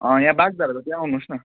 अँ यहाँ बागधाराको त्यहाँ आउनुहोस् न